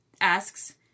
asks